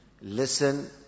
Listen